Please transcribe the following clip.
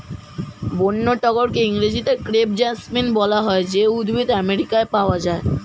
বন্য টগরকে ইংরেজিতে ক্রেপ জেসমিন বলা হয় যে উদ্ভিদ আমেরিকায় পাওয়া যায়